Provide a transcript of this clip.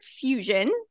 fusion